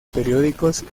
periódicos